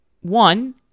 one